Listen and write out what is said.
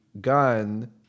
gun